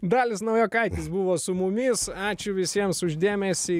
dalius naujokaitis buvo su mumis ačiū visiems už dėmesį